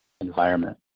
environment